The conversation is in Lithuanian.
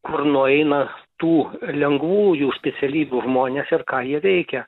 kur nueina tų lengvųjų specialybių žmonės ir ką jie veikia